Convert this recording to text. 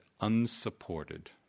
unsupported